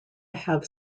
have